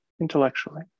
intellectually